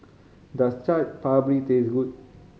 does Chaat Papri taste good